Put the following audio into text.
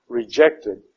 rejected